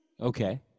Okay